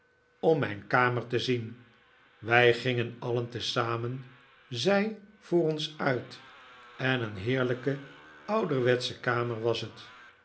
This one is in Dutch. om mijn kamer te zien wij gingen alien tezamen zij voor ons uit en een heerlijke ouderwetsche kamer was het